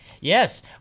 Yes